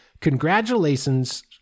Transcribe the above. Congratulations